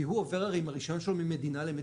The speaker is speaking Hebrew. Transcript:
כי הוא עובר עם הרישיון שלו ממדינה למדינה.